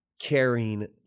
caring